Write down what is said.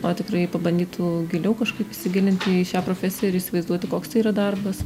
o tikrai pabandytų giliau kažkaip įsigilinti į šią profesiją ir įsivaizduoti koks tai yra darbas